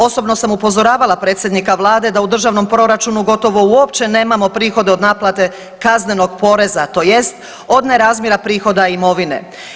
Osobno sam upozoravala predsjednika Vlade da u Državnom proračunu gotovo uopće nemamo prihode od naplate kaznenog poreza, tj. od nerazmjera prihoda imovine.